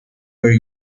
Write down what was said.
were